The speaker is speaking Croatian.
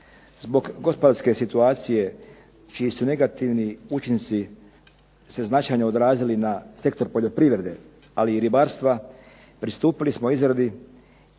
Zbog gospodarske situacije čiji su negativni učinci se značajno odrazili na sektor poljoprivrede, ali i ribarstva, pristupili smo izradi